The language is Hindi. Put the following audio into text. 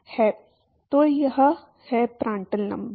तो वह है प्रांड्टल नंबर